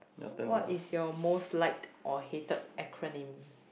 what is your most liked or hated acronym